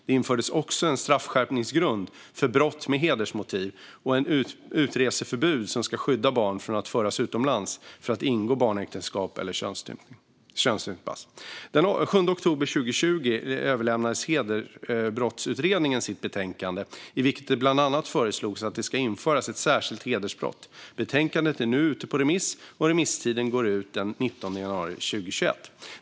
Det infördes också en straffskärpningsgrund för brott med hedersmotiv och ett utreseförbud som ska skydda barn från att föras utomlands för att ingå barnäktenskap eller könsstympas. Den 7 oktober 2020 överlämnade Hedersbrottsutredningen sitt betänkande i vilket det bland annat föreslås att det ska införas ett särskilt hedersbrott. Betänkandet är nu ute på remiss, och remisstiden går ut den 19 januari 2021.